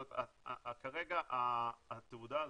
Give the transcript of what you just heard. כרגע התעודה הזאת,